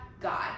God